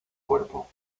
cuerpo